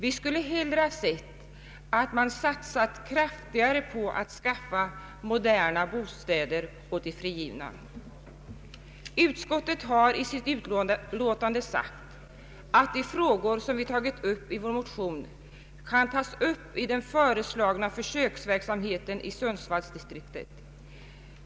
Vi skulle hellre ha sett att man satsat kraftigare på att skaffa moderna bostäder åt de frigivna. Utskottet har i sitt utlåtande sagt att de frågor som vi tagit upp i våra motioner kan aktualiseras på nytt i samband med den föreslagna försöksverksamheten i Sundsvallsdistriktet.